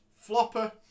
flopper